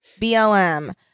BLM